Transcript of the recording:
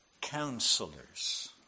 counselors